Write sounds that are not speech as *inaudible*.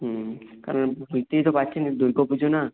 হুম কারণ বুঝতেই তো পারছেন *unintelligible* দুর্গাপুজো না